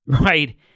right